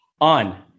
On